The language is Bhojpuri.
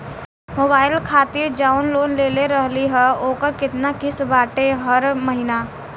मोबाइल खातिर जाऊन लोन लेले रहनी ह ओकर केतना किश्त बाटे हर महिना?